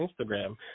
Instagram